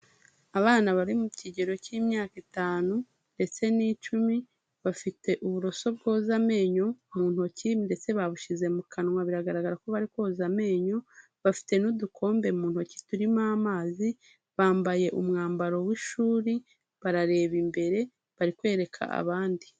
Abana bari mu kigero cy'imyaka itanu ndetse n'icumi bafite uburoso bwoza amenyo mu ntoki ndetse babushyize mu kanwa biragaragara ko bari koza amenyo, bafite n'udukombe mu ntoki turimo amazi, bambaye umwambaro w'ishuri barareba imbere bari kwereka abandi.